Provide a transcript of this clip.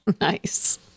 Nice